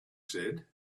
said